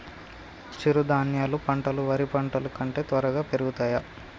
చిరుధాన్యాలు పంటలు వరి పంటలు కంటే త్వరగా పెరుగుతయా?